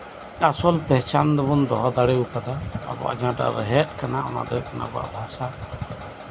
ᱟᱥᱚᱞ ᱯᱮᱦᱪᱟᱱ ᱫᱚᱵᱚᱱ ᱫᱚᱦᱚ ᱫᱟᱲᱮᱣᱟᱠᱟᱫᱟ ᱟᱵᱚᱣᱟᱜ ᱡᱟᱦᱟᱸᱴᱟᱜ ᱨᱮᱦᱮᱫ ᱠᱟᱱᱟ ᱚᱱᱟᱫᱚ ᱦᱩᱭᱩᱜ ᱠᱟᱱᱟ ᱟᱵᱚᱣᱟᱜ ᱵᱷᱟᱥᱟ